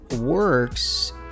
works